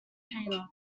painter